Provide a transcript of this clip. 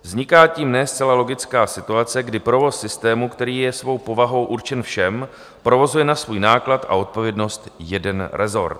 Vzniká tím ne zcela logická situace, kdy provoz systému, který je svou povahou určen všem, provozuje na svůj náklad a odpovědnost jeden rezort.